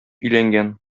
өйләнгән